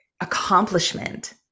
accomplishment